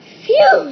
Phew